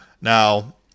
Now